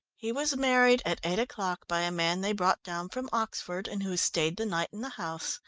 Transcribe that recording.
he was married at eight o'clock by a man they brought down from oxford, and who stayed the night in the house,